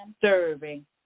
Serving